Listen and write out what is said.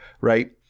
right